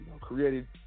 created